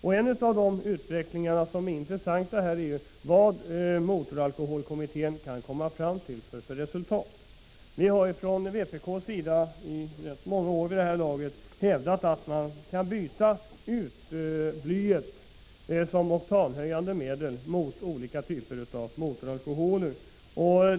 Det intressanta i det sammanhanget är vilket resultat motoralkoholkommittén kommer fram till. Vi har från vpk:s sida i rätt många år vid det här laget hävdat att man kan byta ut blyet som oktanhöjande medel mot olika typer av motoralkoholer.